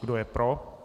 Kdo je pro?